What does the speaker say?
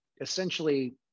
essentially